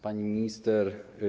Pani Minister!